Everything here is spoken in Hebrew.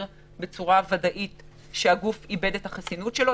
בצורה ודאית שהגוף איבד את החסינות שלו.